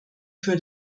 für